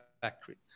factory